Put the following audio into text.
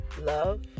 love